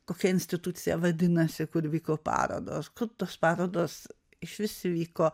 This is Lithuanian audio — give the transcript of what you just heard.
kokia institucija vadinasi kur vyko parodos kur tos parodos išvis vyko